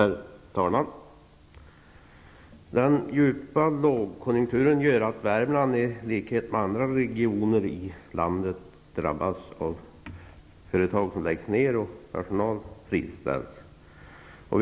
Herr talman! Den djupa lågkonjunkturen gör att Värmland i likhet med andra regioner i landet drabbas av att företag läggs ned och personal friställs.